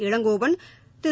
Elangovan Thiru